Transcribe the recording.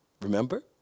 Remember